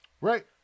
Right